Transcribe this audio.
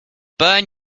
burns